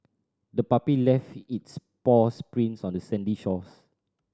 the puppy left its paws prints on the sandy shores